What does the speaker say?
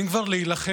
אם כבר להילחם,